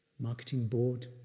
marketing board,